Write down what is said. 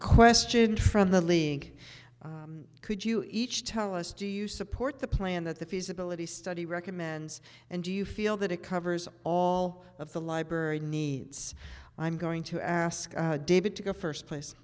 question from the link could you each tell us do you support the plan that the feasibility study recommends and do you feel that it covers all of the library needs i'm going to ask david to go first place